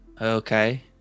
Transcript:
Okay